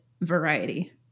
variety